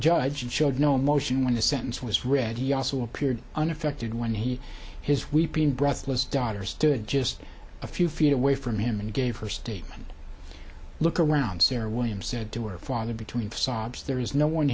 showed no emotion when the sentence was read jaso appeared unaffected when he his weeping breathless daughter stood just a few feet away from him and gave her statement look around sarah william said to her father between sobs there is no one